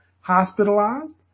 hospitalized